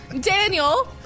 Daniel